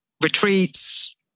retreats